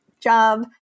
job